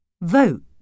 Vote